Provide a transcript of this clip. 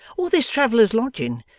or there's travellers lodging,